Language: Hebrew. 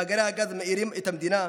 מאגרי הגז מאירים את המדינה,